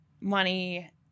money